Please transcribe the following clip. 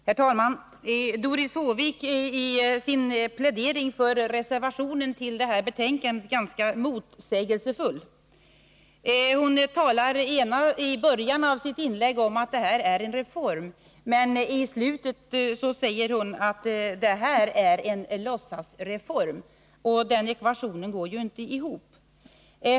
Herr talman! Doris Håvik är i sin plädering för reservationen till detta betänkande ganska motsägelsefull. Hon talar i början av sitt inlägg om att det här är fråga om en reform, men i slutet säger hon att det är en låtsasreform, och den ekvationen går inte ihop.